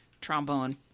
trombone